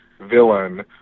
villain